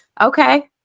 okay